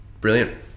Brilliant